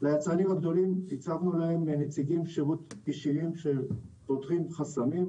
הצבנו ליצרנים הגדולים נציגי שירות אישיים שפותרים חסמים,